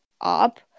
up